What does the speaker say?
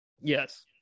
Yes